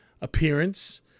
appearance